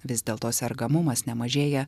vis dėlto sergamumas nemažėja